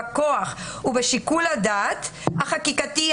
בכוח ובשיקול הדעת החקיקתי,